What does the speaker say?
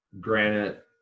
granite